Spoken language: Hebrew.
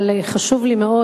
אבל חשוב לי מאוד